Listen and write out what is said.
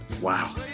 Wow